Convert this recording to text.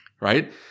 right